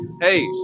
Hey